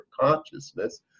consciousness